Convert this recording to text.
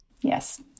Yes